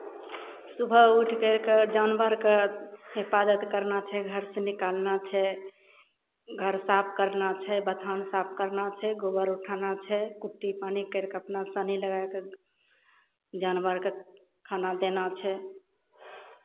सुबह उठि करि कऽ जानवरके हिफाजत करना छै घरसँ निकालना छै घर साफ करना छै बथान साफ करना छै गोबर उठाना छै कुट्टी पानि करि कऽ अपना सानी लगाए कऽ जानवरके खाना देना छै